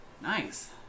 Nice